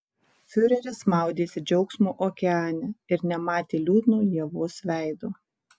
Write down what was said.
fiureris maudėsi džiaugsmo okeane ir nematė liūdno ievos veido